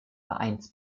vereins